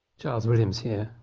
charles williams here.